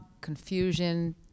confusion